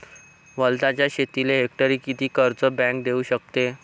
वलताच्या शेतीले हेक्टरी किती कर्ज बँक देऊ शकते?